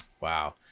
Wow